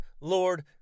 Lord